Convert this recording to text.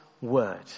word